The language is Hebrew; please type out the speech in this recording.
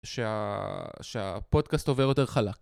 שהפודקאסט עובר יותר חלק.